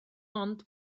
ond